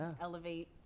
elevate